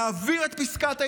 נעביר את פסקת ההתגברות.